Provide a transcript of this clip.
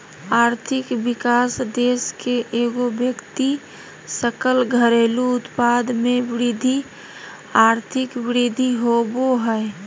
आर्थिक विकास देश के एगो व्यक्ति सकल घरेलू उत्पाद में वृद्धि आर्थिक वृद्धि होबो हइ